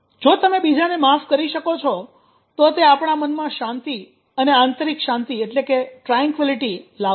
જો તમે બીજાને માફ કરી શકો છો તો તે આપણા મનમાં શાંતિ અને આંતરિક શાંતિ લાવશે